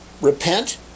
Repent